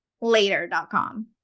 Later.com